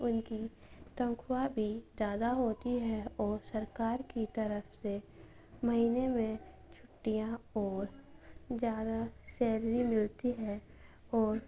ان کی تنخواہ بھی زیادہ ہوتی ہے اور سرکار کی طرف سے مہینے میں چھٹیاں اور زیادہ سیلری ملتی ہے اور